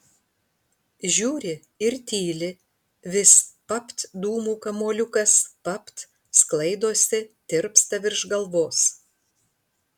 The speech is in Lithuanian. žiūri ir tyli vis papt dūmų kamuoliukas papt sklaidosi tirpsta virš galvos